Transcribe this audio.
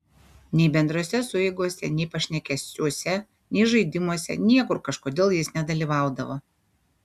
nei bendrose sueigose nei pašnekesiuose nei žaidimuose niekur kažkodėl jis nedalyvaudavo